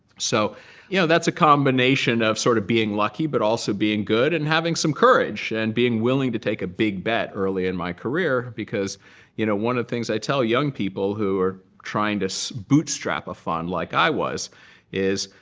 so you know that's a combination of sort of being lucky but also being good and having some courage and being willing to take a big bet early in my career, because you know one of the things i tell young people who are trying to so bootstrap a fund like i was is,